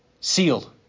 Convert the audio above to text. sealed